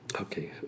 Okay